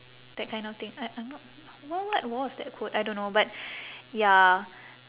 that kind of thing I I'm not w~ what was that quote I don't know but ya